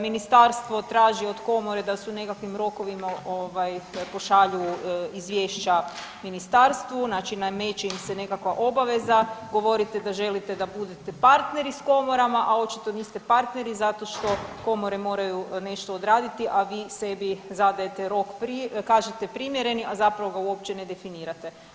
Ministarstvo traži od Komore da se u nekakvim rokovima ovaj, pošalju izvješća Ministarstvu, znači nameće im se nekakva obaveza, govorite da želite da budete partneri s komorama, a očito niste partneri zato što komore moraju nešto odraditi, a vi sebi zadajete rok, kažete primjereni, a zapravo ga uopće ne definirate.